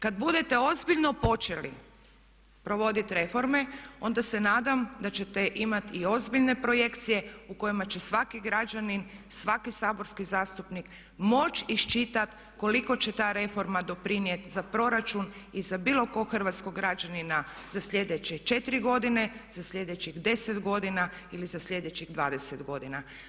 Kada budete ozbiljno počeli provoditi reforme onda se nadam da ćete imati i ozbiljne projekcije u kojima će svaki građanin, svaki saborski zastupnik moći iščitati koliko će ta reforma doprinijeti za proračun i za bilo kojeg hrvatskog građanina za sljedeće 4 godine, za sljedećih 10 godina ili za sljedećih 20 godina.